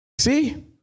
See